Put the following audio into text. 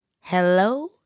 Hello